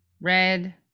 red